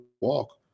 walk